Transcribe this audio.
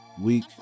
week